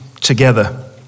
together